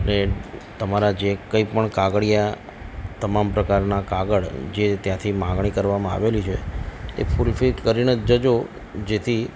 ને તમારા જે કંઇપણ કાગળીયા તમામ પ્રકારના કાગળ જે ત્યાંથી માંગણી કરવામાં આવેલી છે એ ફુલફીલ કરીને જ જજો જેથી